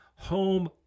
home